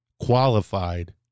qualified